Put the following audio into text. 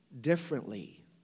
differently